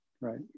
right